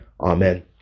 Amen